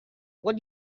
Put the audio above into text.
what